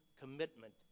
commitment